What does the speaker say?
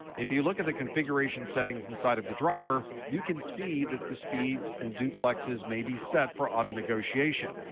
if you look at the configuration settings inside of the driver, you can see that the speeds and duplexes may be set for auto-negotiation.